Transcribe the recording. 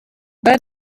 but